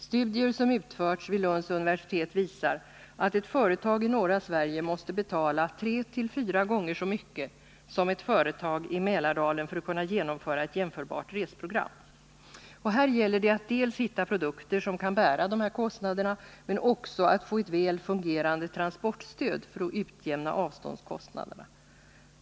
Studier som utförts vid Lunds universitet visar att ett företag i norra Sverige måste betala tre till fyra gånger så mycket som ett företag i Mälardalen för att kunna genomföra ett jämförbart resprogram. Här gäller det att hitta produkter som kan bära de här kostnaderna men också att få ett väl fungerande transportstöd för att utjämna avståndskostnaderna.